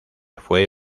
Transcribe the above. fue